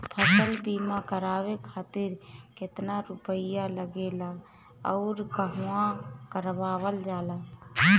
फसल बीमा करावे खातिर केतना रुपया लागेला अउर कहवा करावल जाला?